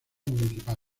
municipal